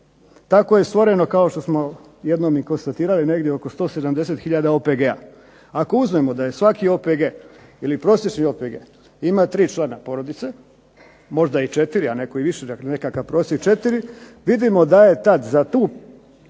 Tako je stvoreno kao što smo jednom i konstatirali negdje oko 170000 OPG-a. Ako uzmemo da je svaki OPG ili prosječni OPG ima tri člana porodice, možda i četiri, a netko i više. Dakle, nekakav prosjek četiri vidimo da je tad za tu